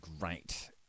great